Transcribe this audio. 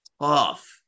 tough